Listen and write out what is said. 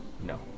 No